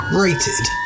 rated